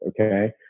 Okay